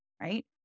right